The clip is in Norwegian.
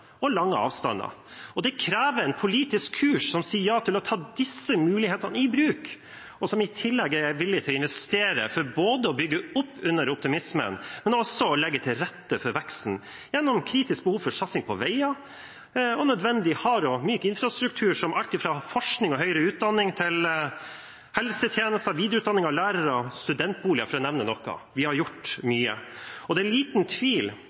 og lange avstander. Det krever en politisk kurs som sier ja til å ta disse mulighetene i bruk, og som i tillegg er villig til å investere for både å bygge opp under optimismen og å legge til rette for veksten gjennom kritisk behov for satsing på veier og nødvendig hard og myk infrastruktur som alt fra forskning og høyere utdanning til helsetjenester, videreutdanning av lærere, bygging av studentboliger – for å nevne noe. Vi har gjort mye. Det er liten tvil